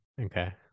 Okay